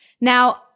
Now